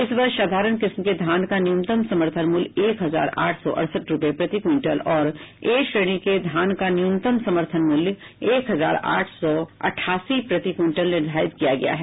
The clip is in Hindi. इस वर्ष साधारण किस्म के धान का न्यूनतम समर्थन मूल्य एक हजार आठ सौ अड़सठ रूपये प्रति क्विंटल और ए श्रेणी के धान का न्यूनतम समर्थन मूल्य एक हजार आठ सौ अठासी प्रति क्विंटल निर्धारित किया गया है